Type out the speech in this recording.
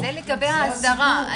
אבל זה לגבי ההסדרה.